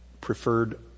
preferred